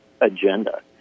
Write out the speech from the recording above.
agenda